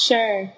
Sure